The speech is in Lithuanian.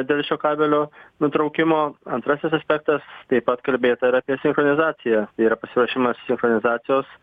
dėl šio kabelio nutraukimo antrasis aspektas taip pat kalbėta ir apie sinchronizaciją tai yra pasiruošimas sinchronizacijos